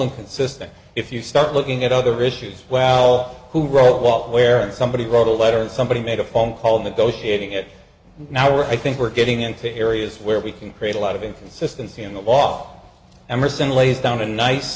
and consistent if you start looking at other issues well who wrote what where and somebody wrote a letter and somebody made a phone call negotiating it now or i think we're getting into areas where we can create a lot of inconsistency in the law emerson lays down a nice